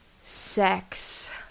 sex